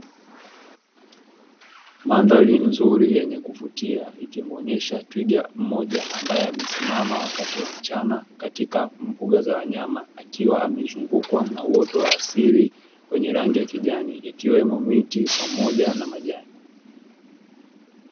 Mandhari nzuri na yenye kuvutia ikimuonyesha twiga mmoja ambaye amesimama wakati wa mchana katika mbuga za wanyama, akiwa amezungukwa na uoto wa asili wenye rangi ya kijani ikiwemo miti pamoja na majani.